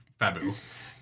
Fabu